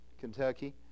Kentucky